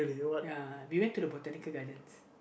ya we went to the Botanical-Gardens